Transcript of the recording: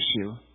issue